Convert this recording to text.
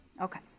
Okay